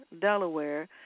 Delaware